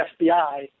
FBI